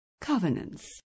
covenants